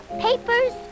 papers